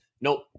Nope